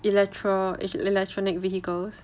electro electronic vehicles